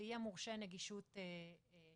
זה יהיה מורשה נגישות שירות.